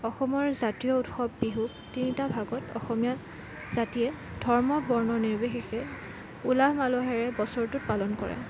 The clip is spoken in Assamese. অসমৰ জাতীয় উৎসৱ বিহু তিনিটা ভাগত অসমীয়া জাতিয়ে ধৰ্ম বৰ্ণ নিৰ্বিশেষে উলহ মালহেৰে বছৰটো পালন কৰে